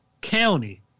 County